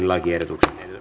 lakiehdotuksista